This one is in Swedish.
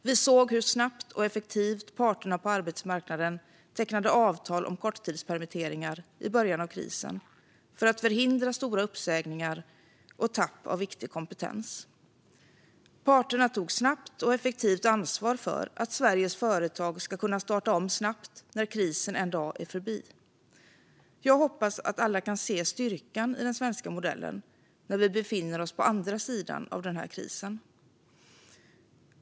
Vi såg hur snabbt och effektivt parterna på arbetsmarknaden tecknade avtal om korttidspermitteringar i början av krisen för att förhindra stora uppsägningar och tapp av viktig kompetens. Parterna tog snabbt och effektivt ansvar för att Sveriges företag ska kunna starta om snabbt när krisen en dag är förbi. Jag hoppas att alla kan se styrkan i den svenska modellen när vi befinner oss på andra sidan av den här krisen.